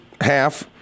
half